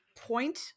point